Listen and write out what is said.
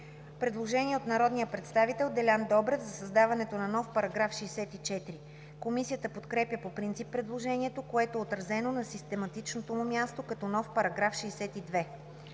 Предложение от народния представител Делян Добрев за създаването на нов § 64. Комисията подкрепя по принцип предложението, което е отразено на систематичното му място като нов § 62.